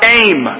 aim